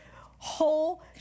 whole